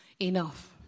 Enough